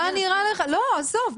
עזוב.